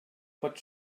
pot